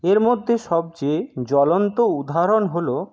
এর মধ্যে সবচেয়ে জ্বলন্ত উদাহরণ হলো